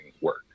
work